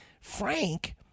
Frank